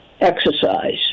exercise